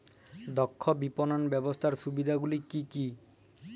দক্ষ বিপণন ব্যবস্থার সুবিধাগুলি কি কি?